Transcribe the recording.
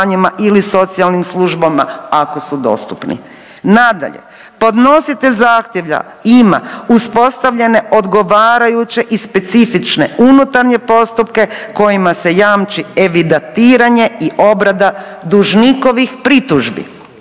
ili socijalnim službama ako su dostupni. Nadalje, podnositelj zahtjeva ima uspostavljene odgovarajuće i specifične unutarnje postupke kojima se jamči evidatiranje i obrada dužnikovih pritužbi.